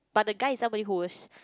but the guy is somebody who's